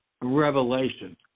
revelation